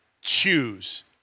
choose